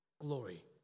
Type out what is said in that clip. glory